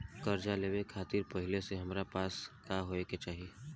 कर्जा लेवे खातिर पहिले से हमरा पास का होए के चाही?